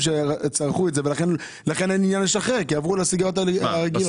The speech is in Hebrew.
אנשים שצרכו את זה עברו לסיגריות רגילות.